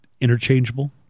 interchangeable